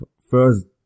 first